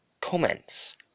Comments